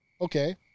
Okay